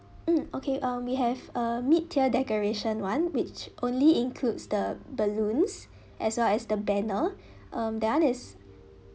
mm okay um we have a mid tier decoration one which only includes the balloons as well as the banner um that one is